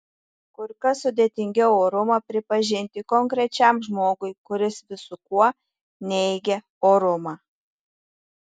kur kas sudėtingiau orumą pripažinti konkrečiam žmogui kuris visu kuo neigia orumą